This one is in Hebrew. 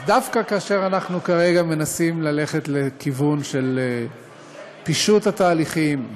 אז דווקא כאשר אנחנו כרגע מנסים ללכת לכיוון של פישוט התהליכים,